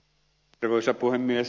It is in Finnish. arvoisa puhemies